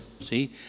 See